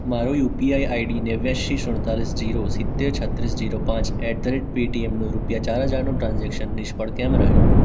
મારું UPI ID નેવ્યાશી સુડતાળીસ જીરો સિત્તેર છત્રીસ જીરો પાંચ એટ ધ રેટ પેયટીએમનું રૂપિયા ચાર હજારનું ટ્રાન્ઝેક્શન નિષ્ફળ કેમ રહ્યું